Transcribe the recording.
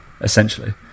essentially